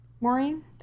maureen